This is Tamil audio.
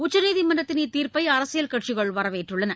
உச்சநீதிமன்றத்தின் இத்தீர்ப்பை அரசியல் கட்சிகள் வரவேற்றுள்ளன